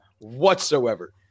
whatsoever